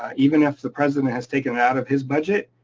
even if the president has taken it out of his budget,